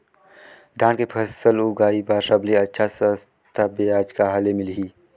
धान के फसल उगाई बार सबले अच्छा सस्ता ब्याज कहा ले मिलही?